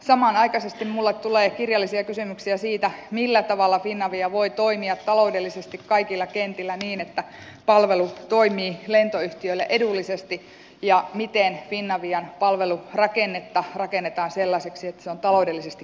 samanaikaisesti minulle tulee kirjallisia kysymyksiä siitä millä tavalla finavia voi toimia taloudellisesti kaikilla kentillä niin että palvelu toimii lentoyhtiölle edullisesti ja miten finavian palvelurakennetta rakennetaan sellaiseksi että se on taloudellisesti kestävä